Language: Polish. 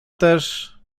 też